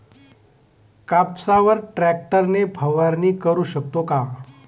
कापसावर ट्रॅक्टर ने फवारणी करु शकतो का?